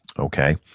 okay?